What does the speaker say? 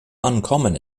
uncommon